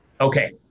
okay